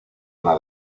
una